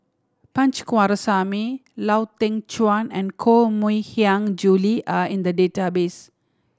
Punch Coomaraswamy Lau Teng Chuan and Koh Mui Hiang Julie are in the database